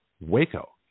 Waco